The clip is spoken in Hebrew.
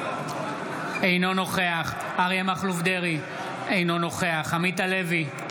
אינו נוכח אריה מכלוף דרעי, אינו נוכח עמית הלוי,